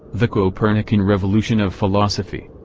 the copernican revolution of philosophy.